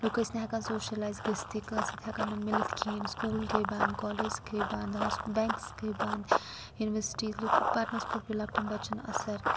لُکھ ٲسۍ نہٕ ہٮ۪کان سوشَلایز گٔژھۍتھٕے کٲنٛسہِ سۭتۍ ہٮ۪کان نہٕ مِلِتھ کِہیٖنۍ سکوٗل گٔے بنٛد کالیجٕس گٔے بنٛد ہوسپہٕ بٮ۪نٛکٕس گٔے بنٛد یونیورسٹیِکۍ لُک پَرنَس پٮ۪ٹھ پیوٚو لۄکٹٮ۪ن بَچَن اَثر